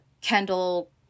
Kendall